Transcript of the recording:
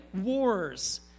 wars